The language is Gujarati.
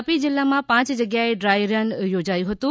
તાપી જીલ્લામાં પાંચ જગ્યાએ ડ્રાય રન યોજાયુ હતુ